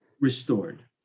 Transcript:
restored